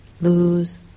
lose